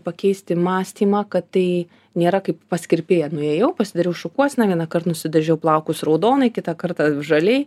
pakeisti mąstymą kad tai nėra kaip pas kirpėją nuėjau pasidariau šukuoseną vienąkart nusidažiau plaukus raudonai kitą kartą žaliai